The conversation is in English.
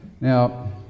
Now